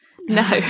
no